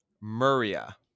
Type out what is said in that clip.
Maria